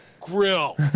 grill